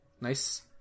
Nice